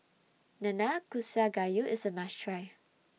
Nanakusa Gayu IS A must Try